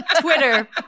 Twitter